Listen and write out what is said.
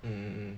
hmm